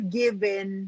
given